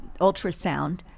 ultrasound